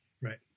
Right